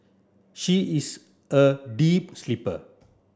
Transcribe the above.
she is a deep sleeper